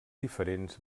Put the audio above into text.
diferents